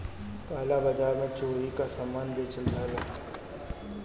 काला बाजार में चोरी कअ सामान बेचल जाला